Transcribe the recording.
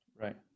Right